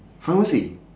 pharmacy